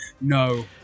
No